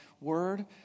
word